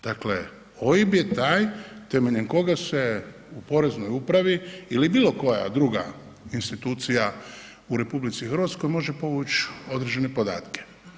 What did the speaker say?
Dakle, OIB je taj temeljem koga se u Poreznoj upravi ili bilo koja druga institucija u RH može povuć određene podatke.